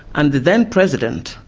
and the then president,